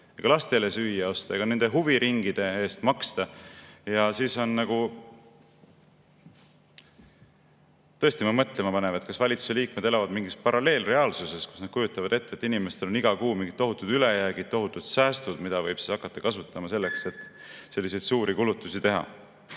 lastele süüa osta ega nende huviringide eest maksta. Ja siis on nagu tõesti mõtlemapanev, kas valitsuse liikmed elavad mingis paralleelreaalsuses, kus nad kujutavad ette, et inimestel on iga kuu mingid tohutud ülejäägid, tohutud säästud, mida võib hakata kasutama selleks, et selliseid suuri kulutusi